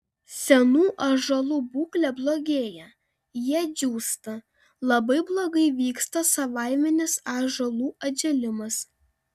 senų ąžuolų būklė blogėja jie džiūsta labai blogai vyksta savaiminis ąžuolų atžėlimas